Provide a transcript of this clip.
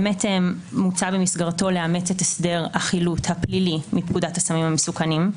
מוצע במסגרתו לאמץ את הסדר החילוט הפלילי מפקודת הסמים המסוכנים.